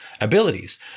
abilities